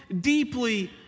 deeply